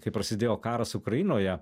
kai prasidėjo karas ukrainoje